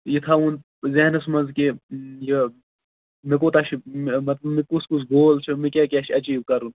یہِ تھاوُن ذہنَس منٛز کہِ یہِ مےٚ کوتاہ چھُ مےٚ کُس کُس گول چھُ مےٚ کیاہ کیاہ چھُ ایٚچیٖو کَرُن